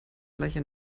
gleiche